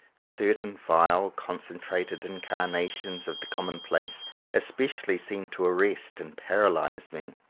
certain vile concentrated incarna tions of the commonplace especially seem to arrest and paralyze me.